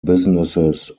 businesses